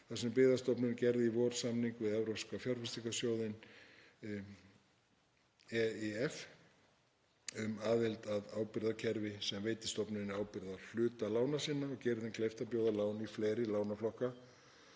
þar sem Byggðastofnun gerði í vor samning við Evrópska fjárfestingasjóðinn, EIF, um aðild að ábyrgðakerfi sem veitir stofnuninni ábyrgð á hluta lána sinna og gerir þeim kleift að bjóða lán í fleiri lánaflokkum